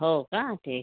हो का ठीक